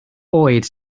oed